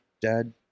dad